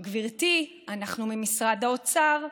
גברתי, אנחנו ממשרד האוצר,